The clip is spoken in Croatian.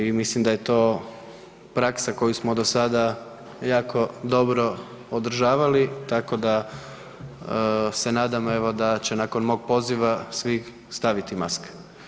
I mislim da je to praksa koju smo do sada jako dobro održavali tako da se nadam evo, da će nakon mog poziva svi staviti maske.